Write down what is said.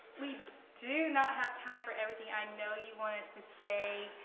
we do not have time for everything, i know you want us to stay,